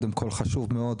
חשוב מאוד.